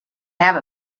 have